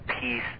peace